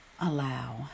allow